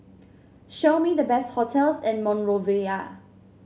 show me the best hotels in Monrovia